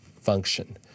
function